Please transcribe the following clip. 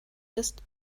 bist